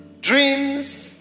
dreams